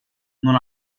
non